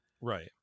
Right